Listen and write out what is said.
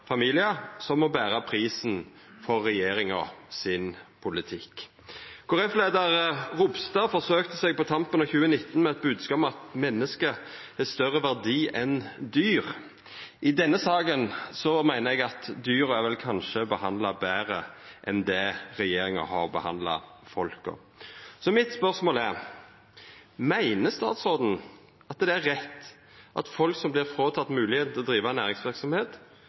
familiar som må bera prisen for regjeringa sin politikk. Kristeleg Folkeparti-leiar Ropstad forsøkte seg på tampen av 2019 med ein bodskap om at menneske har større verdi enn dyr. I denne saka meiner eg at dyra kanskje er behandla betre enn det regjeringa har behandla folka. Så mitt spørsmål er: Meiner statsråden at det er rett at folk som vert fråtekne moglegheita til å driva